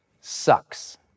sucks